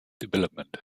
development